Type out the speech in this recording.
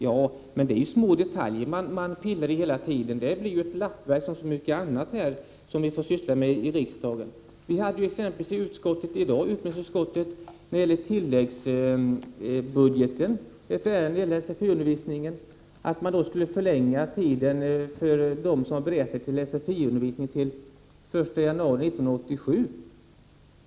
Ja, men det är ju små detaljer man hela tiden pillar i. Det blir ett lappverk liksom mycket annat som vi sysslar med i riksdagen. I utbildningsutskottet hade vi i dag uppe till behandling ett ärende i tilläggsbudgeten som gäller sfi-undervisningen. Det var fråga om att man skulle förlänga tidsgränsen till den 1 januari 1987 för dem som är berättigade till sfi-undervisning.